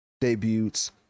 debuts